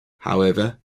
however